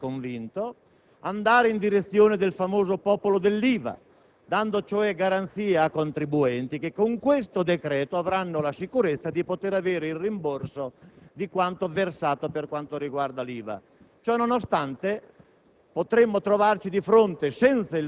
poiché ovviamente ne sono tutt'altro che convinto - andare in direzione del famoso "popolo dell'IVA", dando cioè garanzia ai contribuenti che, con questo decreto, avranno la sicurezza di poter avere il rimborso di quanto versato relativamente all'IVA.